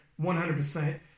100%